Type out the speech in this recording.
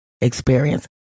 experience